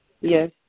Yes